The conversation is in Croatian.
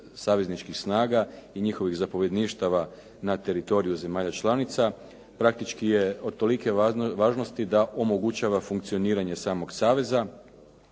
savezničkih snaga i njihovih zapovjedništava na teritoriju zemalja članica praktički je od tolike važnosti da omogućava funkcioniranje samog saveza.